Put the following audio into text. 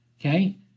Okay